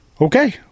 okay